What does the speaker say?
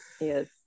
Yes